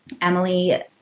Emily